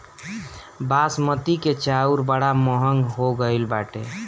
बासमती के चाऊर बड़ा महंग हो गईल बाटे